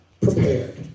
prepared